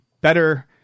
better